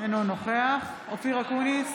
אינו נוכח אופיר אקוניס,